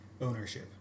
ownership